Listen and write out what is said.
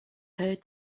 heard